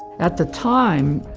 at the time,